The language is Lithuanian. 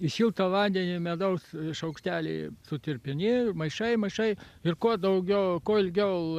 į šiltą vandenį medaus šaukštelį sutirpinimaišai maišai ir kuo daugiau kuo ilgiau